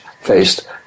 faced